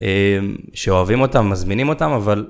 שאוהבים אותם, מזמינים אותם, אבל...